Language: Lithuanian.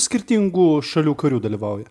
skirtingų šalių karių dalyvauja